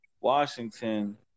Washington